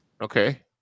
Okay